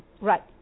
Right